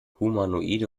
humanoide